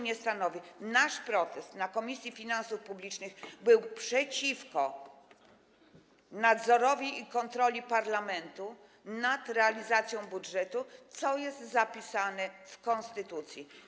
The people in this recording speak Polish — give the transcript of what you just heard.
Nasz protest w Komisji Finansów Publicznych był przeciwko nadzorowi i kontroli parlamentu nad realizacją budżetu, co jest zapisane w konstytucji.